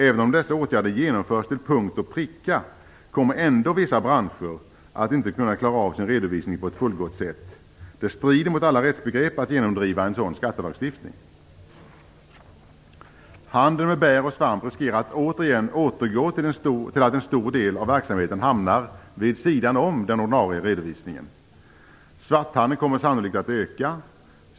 Även om dessa åtgärder genomförs till punkt och pricka kommer vissa branscher att inte kunna klara av sin redovisning på ett fullgott sätt. Det strider mot alla rättsbegrepp att genomdriva en sådan skattelagstiftning. Handeln med bär och svamp riskerar att återigen återgå till att en stor del av verksamheten hamnar vid sidan om den ordinarie redovisningen. Svarthandeln kommer sannolikt att öka.